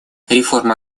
реформа